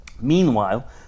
Meanwhile